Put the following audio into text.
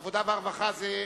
עבודה ורווחה.